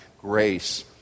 grace